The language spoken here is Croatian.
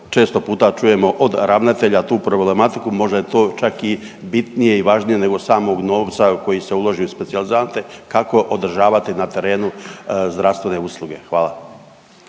često puta čujemo od ravnatelja tu problematiku, možda je to čak i bitnije i važnije nego samog novca koji se uloži u specijalizante. Kako održavati na terenu zdravstvene usluge? Hvala.